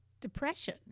depression